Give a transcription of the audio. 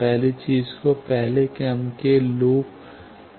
पहली चीज को पहले क्रम के लूप कहा जाता है